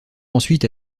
ensuite